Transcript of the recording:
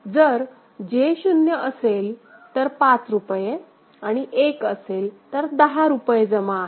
जर J 0 असेल तर 5 रुपये आणि 1 असेल तर 10 रुपये जमा आहेत